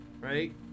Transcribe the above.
right